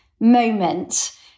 moment